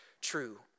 true